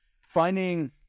finding